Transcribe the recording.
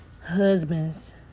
husband's